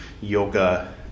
yoga